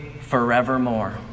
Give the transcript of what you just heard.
forevermore